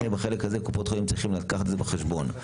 בחלק הזה קופות החולים צריכות לקחת את זה בחשבון,